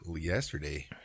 yesterday